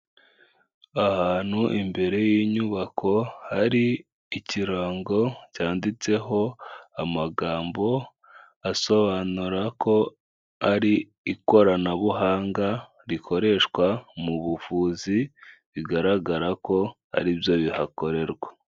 Ahantu imbere y'inyubako hari ikirango cyanditseho amagambo asobanura ko ari ikoranabuhanga rikoreshwa mu buvuzi bigaragara ko ari byo bihakorerwa.